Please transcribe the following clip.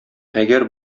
әгәр